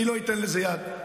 אני לא אתן לזה יד.